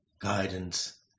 guidance